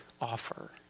offer